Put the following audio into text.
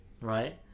Right